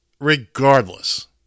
Regardless